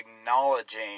acknowledging